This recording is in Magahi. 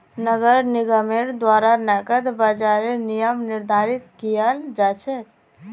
नगर निगमेर द्वारा नकद बाजारेर नियम निर्धारित कियाल जा छेक